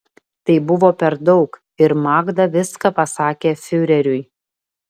tai buvo per daug ir magda viską pasakė fiureriui